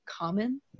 common